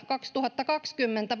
kaksituhattakaksikymmentä